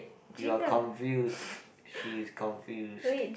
you are confused she is confused